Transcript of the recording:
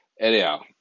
anyhow